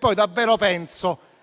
ma penso